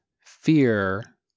fear